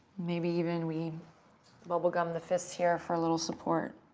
maybe even we bubblegum the fists here for a little support.